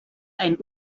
ein